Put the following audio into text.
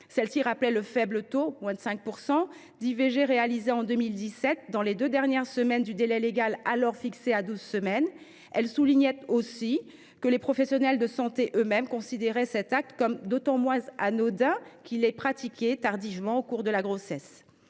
Ces motions rappelaient le faible taux – moins de 5 %– d’IVG réalisées en 2017 dans les deux dernières semaines du délai légal, alors fixé à douze semaines. Elles soulignaient aussi que les professionnels de santé eux mêmes considéraient cet acte comme d’autant moins anodin qu’il est pratiqué tardivement. Ces arguments